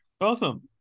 awesome